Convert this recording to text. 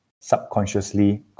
subconsciously